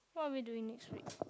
what are we doing next week